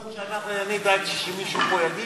הצעת חוק שאני אדאג שמישהו פה יגיש,